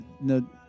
no